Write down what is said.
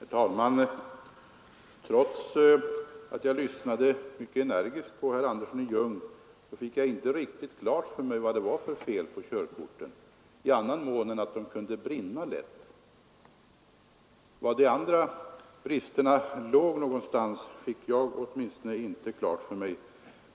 Herr talman! Trots att jag lyssnade mycket energiskt på herr Andersson i Ljung fick jag inte riktigt klart för mig vad det var för fel på 179 körkorten annat än att de kan brinna lätt. Var de andra bristerna låg någonstans fick åtminstone inte jag klart för mig,